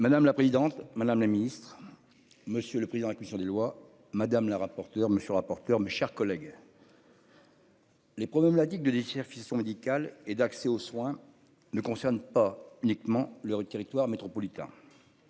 Madame la présidente, madame la Ministre. Monsieur le Président. La commission des lois. Madame la rapporteure. Monsieur le rapporteur. Mes chers collègues. Les problèmes la digue judiciaire sont médical et d'accès aux soins ne concerne pas uniquement le rue territoire métropolitain.